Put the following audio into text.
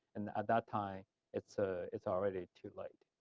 and at that time it's ah it's already too late.